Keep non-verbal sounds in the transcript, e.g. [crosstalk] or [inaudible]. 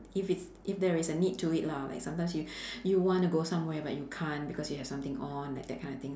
if it's if there is a need to it lah like sometimes you [breath] you wanna go somewhere but you can't because you have something on like that kind of thing